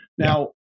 Now